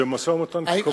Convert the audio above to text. זה משא-ומתן קבוע,